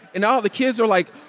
and all the kids are like,